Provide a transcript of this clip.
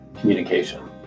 communication